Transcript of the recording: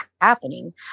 happening